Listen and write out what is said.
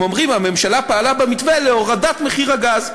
הם אומרים שהממשלה פעלה במתווה להורדת מחיר הגז.